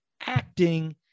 acting